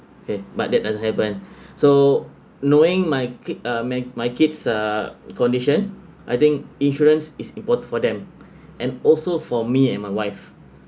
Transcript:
okay but that doesn't happen so knowing my kid uh my my kids uh condition I think insurance is important for them and also for me and my wife